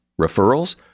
Referrals